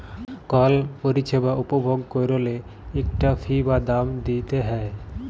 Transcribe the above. call পরিছেবা উপভগ ক্যইরলে ইকটা ফি বা দাম দিইতে হ্যয়